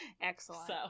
excellent